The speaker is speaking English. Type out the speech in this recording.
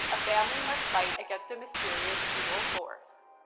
a family must fight against a mysterious evil force.